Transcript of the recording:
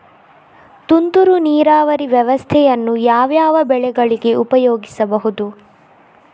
ತುಂತುರು ನೀರಾವರಿ ವ್ಯವಸ್ಥೆಯನ್ನು ಯಾವ್ಯಾವ ಬೆಳೆಗಳಿಗೆ ಉಪಯೋಗಿಸಬಹುದು?